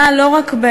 כזו.